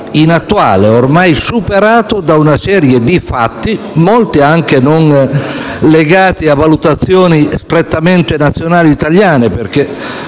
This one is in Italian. inattuale, ormai superato da una serie di fatti, molti non legati a valutazioni prettamente nazionali italiane; superato